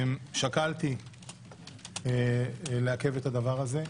שקלתי לעכב את הדבר הזה,